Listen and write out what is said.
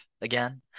again